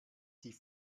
die